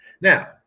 Now